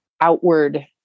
outward